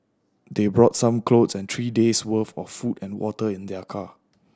they brought some clothes and three days' worth of food and water in their car